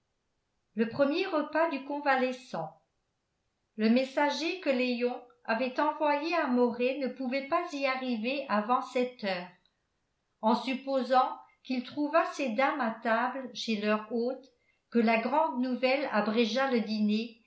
le premier repas du convalescent le messager que léon avait envoyé à moret ne pouvait pas y arriver avant sept heures en supposant qu'il trouvât ces dames à table chez leurs hôtes que la grande nouvelle abrégeât le dîner